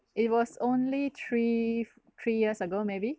it was only three three years ago maybe